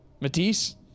Matisse